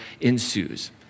ensues